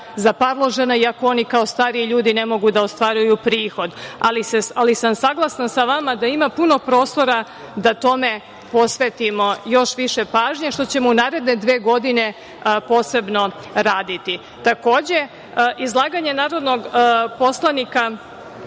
zaparložena i ako oni kao stariji ljudi ne mogu da ostvaruju prihod, ali sam saglasna sa vama da ima puno prostora da tome posvetimo još više pažnje, što ćemo u naredne dve godine posebno raditi. Takođe, izlaganje narodnog poslanika,